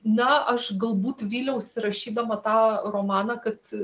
na aš galbūt vyliaus rašydama tą romaną kad